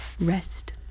rest